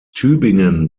tübingen